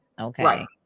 Okay